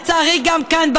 לצערי גם כאן,